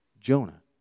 Jonah